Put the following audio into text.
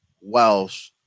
Welsh